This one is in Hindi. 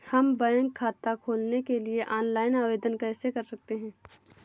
हम बैंक खाता खोलने के लिए ऑनलाइन आवेदन कैसे कर सकते हैं?